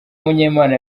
munyemana